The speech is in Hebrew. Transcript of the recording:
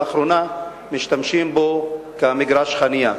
לאחרונה משתמשים בו כמגרש חנייה.